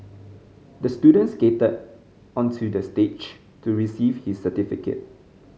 the student skated onto the stage to receive his certificate